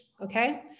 Okay